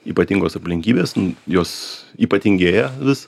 ypatingos aplinkybės jos ypatingėja vis